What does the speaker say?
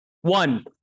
One